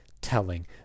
telling